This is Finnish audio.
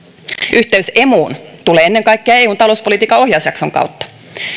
yhteys emuun tulee ennen kaikkea eun talouspolitiikan ohjausjakson kautta